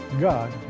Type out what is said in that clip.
God